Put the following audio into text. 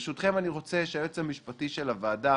ברשותכם, אני רוצה שהיועץ המשפטי של הוועדה